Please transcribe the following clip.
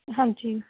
ਹਾਂਜੀ